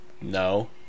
No